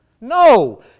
No